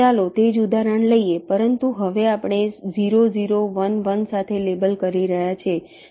ચાલો તે જ ઉદાહરણ લઈએ પરંતુ હવે આપણે 0 0 1 1 સાથે લેબલ કરી રહ્યા છીએ